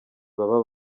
baba